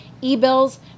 e-bills